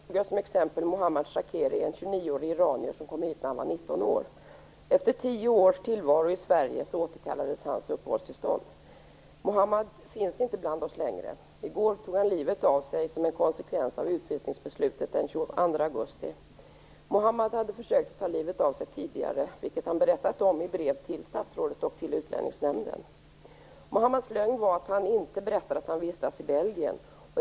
Fru talman! Jag har en fråga till statsrådet Schori. I juni ställde jag en fråga till statsrådet Schori om de djupt inhumana konsekvenserna av Invandrarverkets projekt. I min fråga tog jag som exempel Mohammed Shakeri, en 29-årig iranier som kom hit när han var 19 år. Efter tio års tillvaro i Sverige återkallades hans uppehållstillstånd. Mohammed finns inte bland oss längre. I går tog han livet av sig som en konsekvens av utvisningsbeslutet den 22 augusti. Mohammed hade försökt att ta livet av sig tidigare, vilket han berättat om i brev till statsrådet och till Utlänningsnämnden. Mohammeds lögn var att han inte berättat att han vistats i Belgien.